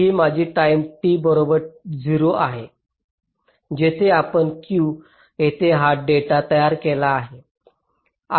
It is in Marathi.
ही माझी टाईम t बरोबर 0 आहे जिथे आपण Q येथे हा डेटा तयार केला आहे